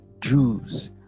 Jews